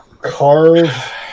carve